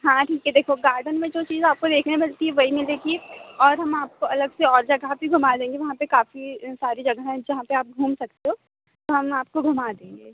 हाँ ठीक है देखो गार्डन में जो चीज़ आपको देखने मिलती है वही मिलेगी और हम आपको अलग से और जगह भी घुमा देंगे वहाँ पे काफ़ी सारी जगह हैं जहाँ पे आप घूम सकते हो तो हम आपको घुमा देंगे